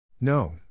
No